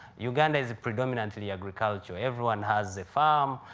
uganda is predominantly agriculture. everyone has a farm.